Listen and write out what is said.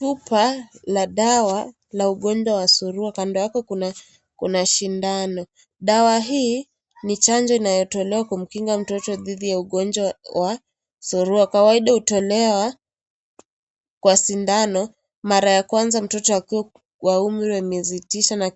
Chupa la dawa la ugonjwa wa surua, kando wake kuna sindano. Dawa hii ni chanjo inayotolewa kumkinga mtoto dhidi ya ugonjwa wa Surua. Kwa kawaida hutolewa kwa sindano, mara ya Kwanza mtoto akiwa wa umri wa miezi tisa na